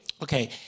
Okay